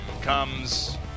comes